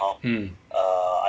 mm